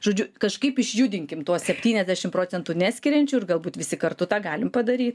žodžiu kažkaip išjudinkim tuos septyniasdešim procentų neskiriančių ir galbūt visi kartu tą galim padary